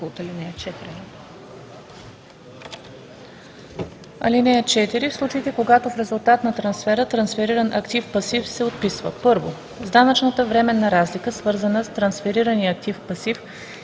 АНГЕЛОВА: „(4) В случаите, когато в резултат на трансфера трансфериран актив/пасив се отписва: 1. с данъчната временна разлика, свързана с трансферирания актив/пасив